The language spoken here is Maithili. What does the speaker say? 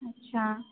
अच्छा